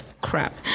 crap